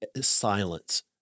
silence